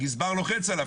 הגזבר לוחץ עליו,